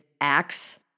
acts